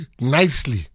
Nicely